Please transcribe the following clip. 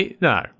no